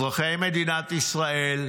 אזרחי מדינת ישראל,